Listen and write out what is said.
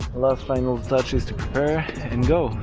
last final touches to prepare and go